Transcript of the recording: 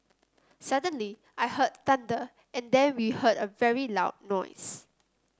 suddenly I heard thunder and then we heard a very loud noise